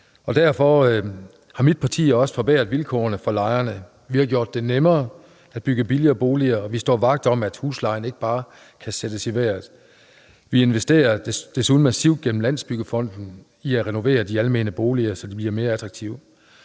derfor har mit parti også forbedret vilkårene for lejerne. Vi har gjort det nemmere at bygge billigere boliger, og vi står vagt om, at huslejen ikke bare kan sættes i vejret. Vi investerer desuden gennem Landsbyggefonden massivt i at renovere de almene boliger, så de bliver mere attraktive.